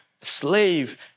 slave